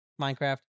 Minecraft